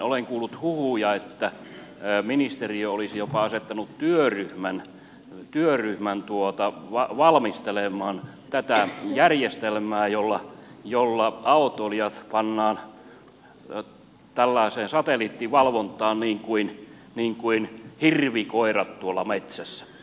olen kuullut huhuja että ministeriö olisi jopa asettanut työryhmän valmistelemaan tätä järjestelmää jolla autoilijat pannaan tällaiseen satelliittivalvontaan niin kuin hirvikoirat tuolla metsässä